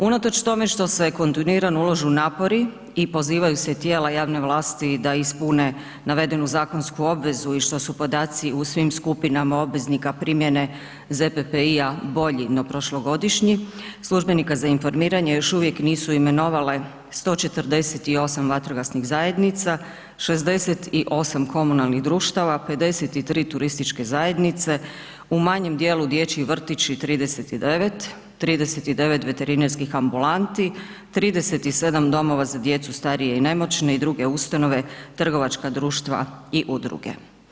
Unatoč tome što se kontinuirano ulažu napori i pozivaju se tijela javne vlasti da ispune navedenu zakonsku obvezu i što su podaci u svim skupinama obveznika primjene ZPP-a bolji no prošlogodišnji. službenika za informiranje još uvijek nisu imenovale 148 vatrogasnih zajednica, 68 komunalnih društava, 53 turističke zajednice, u manjem dijelu dječji vrtići 39, 39 veterinarskih ambulanti, 37 domova za djecu, starije i nemoćne i druge ustanove, trgovačka društva i udruge.